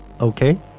Okay